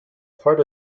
part